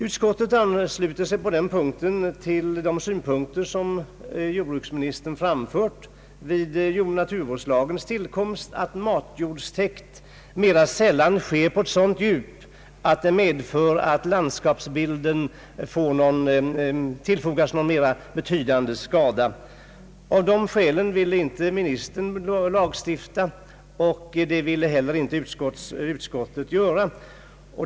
Utskottet ansluter sig på denna punkt till de tankegångar som jordbruksministern framfört vid jordoch naturvårdslagens tillkomst, att matjordstäkt mera sällan sker på ett sådant djup att landskapsbilden tillfogas någon mera betydande skada. Av dessa skäl ville inte jordbruksministern lagstifta, och det vill heller inte utskottet.